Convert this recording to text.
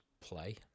play